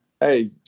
hey